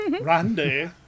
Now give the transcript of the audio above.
Randy